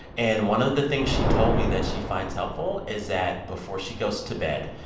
and one of the things she told me that she finds helpful is that before she goes to bed,